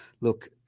Look